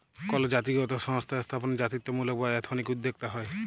call জাতিগত সংস্থা স্থাপনে জাতিত্বমূলক বা এথনিক উদ্যক্তা হ্যয়